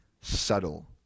subtle